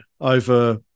over